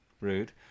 rude